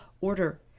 order